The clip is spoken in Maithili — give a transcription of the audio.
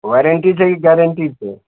वारंटी छै कि गारंटी छै